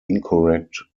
incorrect